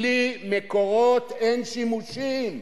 בלי מקורות אין שימושים,